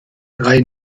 drei